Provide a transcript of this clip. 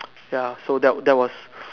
ya so that that was